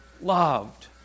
loved